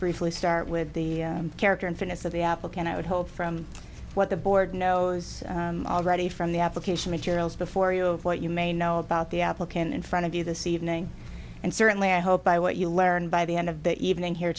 briefly start with the character and fitness of the applicant i would hope from what the board knows already from the application materials before you what you may know about the applicant in front of you this evening and certainly i hope by what you learned by the end of the evening here